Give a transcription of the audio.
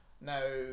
now